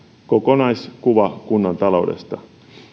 kokonaiskuva kunnan taloudesta